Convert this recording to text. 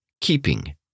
Keeping